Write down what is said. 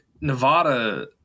Nevada